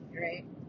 right